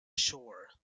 shore